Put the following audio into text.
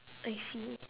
I see